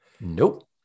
Nope